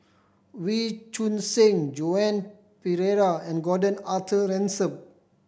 Wee Choon Seng Joan Pereira and Gordon Arthur Ransome